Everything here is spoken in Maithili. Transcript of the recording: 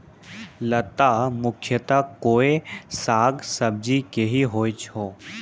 लता मुख्यतया कोय साग सब्जी के हीं होय छै